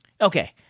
Okay